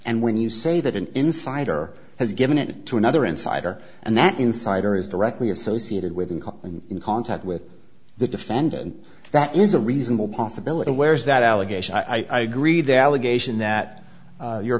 and when you say that an insider has given it to another insider and that insider is directly associated with and in contact with the defendant that is a reasonable possibility where is that allegation i agree that allegation that your